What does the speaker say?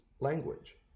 language